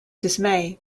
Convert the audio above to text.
dismay